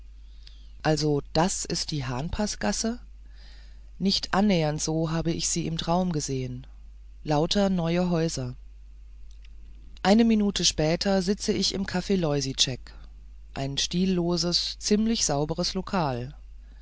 also das ist die hahnpaßgasse nicht annähernd so habe ich sie im traum gesehen lauter neue häuser eine minute später sitze ich im caf loisitschek ein stilloses ziemlich sauberes lokal